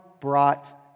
brought